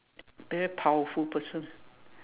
very powerful person